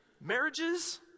Marriages